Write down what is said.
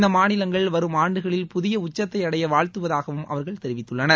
இந்த மாநிலங்கள் வரும் ஆண்டுகளில் புதிய உச்சத்தை அடைய வாழ்த்துவதாகவும் அவர்கள் தெரிவித்துள்ளனர்